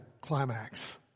climax